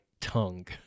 tongue